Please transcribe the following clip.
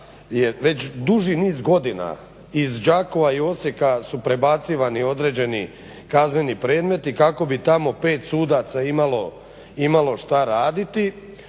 već duži niz godina iz Đakova i Osijeka su prebacivani određeni kazneni predmeti kako bi tamo pet sudaca imalo šta raditi,